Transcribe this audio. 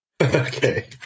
okay